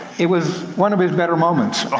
it was one of his better moments.